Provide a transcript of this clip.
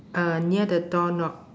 uh near the door knob